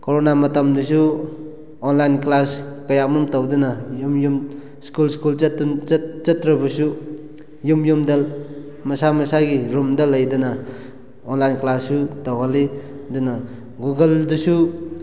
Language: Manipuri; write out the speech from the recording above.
ꯀꯣꯔꯣꯅꯥ ꯃꯇꯝꯗꯁꯨ ꯑꯣꯟꯂꯥꯏꯟ ꯀ꯭ꯂꯥꯁ ꯀꯌꯥꯃꯨꯛ ꯇꯧꯗꯨꯅ ꯌꯨꯝ ꯌꯨꯝ ꯁ꯭ꯀꯨꯜ ꯁ꯭ꯀꯨꯜ ꯆꯠꯇ꯭ꯔꯕꯁꯨ ꯌꯨꯝ ꯌꯨꯝꯗ ꯃꯁꯥ ꯃꯁꯥꯒꯤ ꯔꯨꯝꯗ ꯂꯩꯗꯅ ꯑꯣꯟꯂꯥꯏꯟ ꯀ꯭ꯂꯥꯁꯁꯨ ꯇꯧꯍꯜꯂꯤ ꯑꯗꯨꯅ ꯒꯨꯒꯜꯗꯁꯨ